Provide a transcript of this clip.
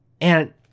And-